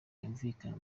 yumvikana